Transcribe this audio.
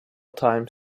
time